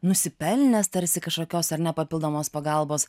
nusipelnęs tarsi kažkokios ar ne papildomos pagalbos